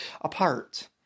apart